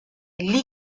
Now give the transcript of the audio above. lee